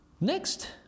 Next